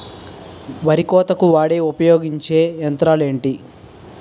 వరి కోతకు వాడే ఉపయోగించే యంత్రాలు ఏంటి?